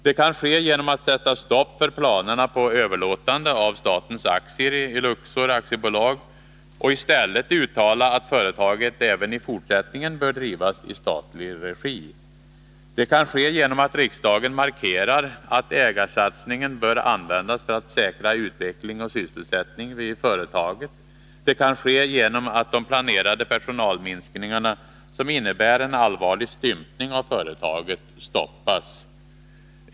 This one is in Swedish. Det kan ske genom att sätta stopp för planerna på överlåtande av statens aktier i Luxor AB och i stället uttala att företaget även i fortsättningen bör drivas i statlig regi. Det kan ske genom att riksdagen markerar att ägarsatsningen bör användas för att säkra utveckling och sysselsättning vid företaget. Det kan ske genom att de planerade personalminskningarna — som innebär en allvarlig stympning av företaget — stoppas.